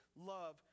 love